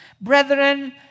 Brethren